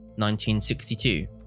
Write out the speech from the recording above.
1962